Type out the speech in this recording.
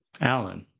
Alan